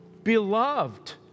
beloved